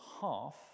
half